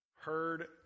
heard